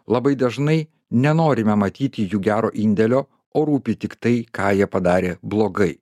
labai dažnai nenorime matyti jų gero indėlio o rūpi tik tai ką jie padarė blogai